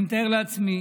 אני מתאר לעצמי